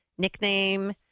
Nickname